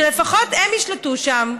שלפחות הם ישלטו שם,